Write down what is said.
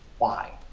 why?